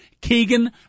Keegan